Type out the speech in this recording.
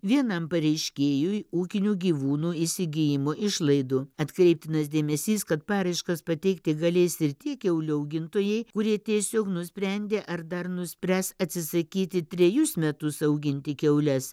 vienam pareiškėjui ūkinių gyvūnų įsigijimo išlaidų atkreiptinas dėmesys kad paraiškas pateikti galės ir tie kiaulių augintojai kurie tiesiog nusprendė ar dar nuspręs atsisakyti trejus metus auginti kiaules